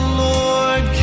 lord